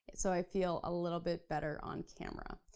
so i feel a little bit better on camera.